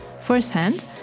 firsthand